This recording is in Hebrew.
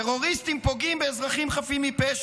טרוריסטים פוגעים באזרחים חפים מפשע.